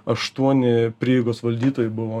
aštuoni prieigos valdytojai buvo